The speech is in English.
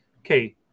okay